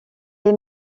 est